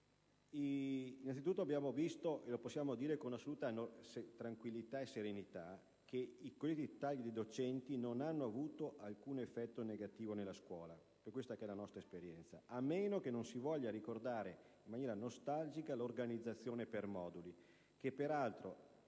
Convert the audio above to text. Innanzitutto, abbiamo visto, e possiamo affermarlo con assoluta tranquillità e serenità, che i tagli ai docenti non hanno avuto alcun effetto negativo nella scuola, per quella che è stata la nostra esperienza. A meno che non si voglia ricordare in maniera nostalgica l'organizzazione per moduli che, peraltro,